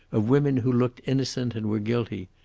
of women who looked innocent and were guilty.